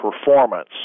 performance